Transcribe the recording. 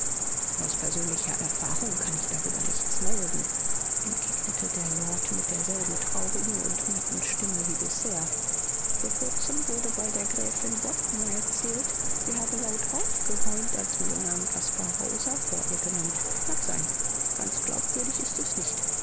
aus persönlicher erfahrung kann ich darüber nichts melden entgegnete der lord mit derselben traurigen und matten stimme wie bisher vor kurzem wurde bei der gräfin bodmer erzählt sie habe laut aufgeweint als man den namen caspar hauser vor ihr genannt mag sein ganz glaubwürdig ist es nicht